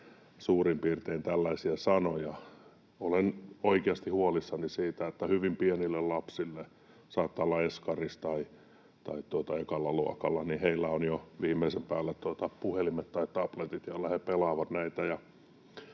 suurin piirtein tällaisia sanoja: Olen oikeasti huolissani siitä, että hyvin pienillä lapsilla — saattavat olla eskarissa tai ekalla luokalla — on jo viimeisen päälle puhelimet tai tabletit, joilla he pelaavat. Minä